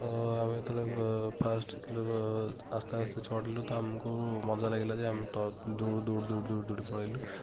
ଆମେ ଯେତେବେଳେ ଫାର୍ଷ୍ଟ୍ ଯେତେବେଳେ ଆସ୍ତେ ଆସ୍ତେ ଚଢ଼ିଲୁ ତ ଆମକୁ ମଜା ଲାଗିଲା ଯେ ଆମେ ତ ଦଉଡ଼ି ଦଉଡ଼ି ଦଉଡ଼ି ଦଉଡ଼ି ଦଉଡ଼ି ପଳେଇଲୁ